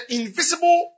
invisible